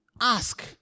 Ask